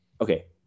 Okay